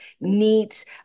neat